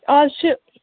از چھِ